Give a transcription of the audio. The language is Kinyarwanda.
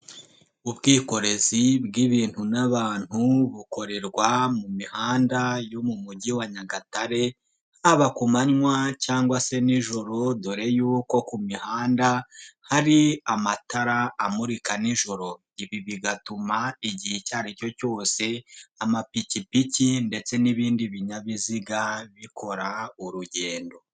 Ubwikorezi bw'ibintu n'abantu bukorerwa mu mihanda yo mu mugi wa Nyagatare haba ku manywa cyangwa se nijoro dore yuko ku mihanda hari amatara amurika nijoro, ibi bigatuma igihe icyo ari cyo cyose amapikipiki ndetse n'ibindi binyabiziga bikora urugendo.